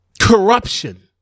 corruption